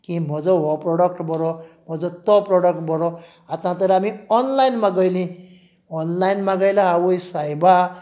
की म्हजो हो प्रोडक्ट बरो म्हजो तो प्रोडक्ट बरो आतां तर आमी ऑनलायन मागयलीं ऑनलयान मागयल्यार आवय सायबा